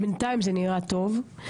בינתיים זה נראה טוב.